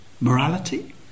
morality